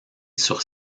sur